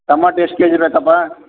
ಟಮಾಟೆ ಎಷ್ಟು K G ಬೇಕಪ್ಪಾ